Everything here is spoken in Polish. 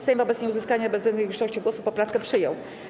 Sejm wobec nieuzyskania bezwzględnej większości głosów poprawkę przyjął.